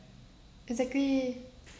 exactly